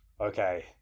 Okay